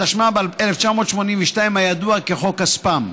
התשמ"ב 1982, הידוע כחוק הספאם.